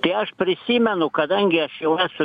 kai aš prisimenu kadangi aš jau esu